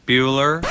Bueller